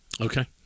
okay